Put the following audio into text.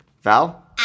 Val